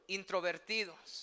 introvertidos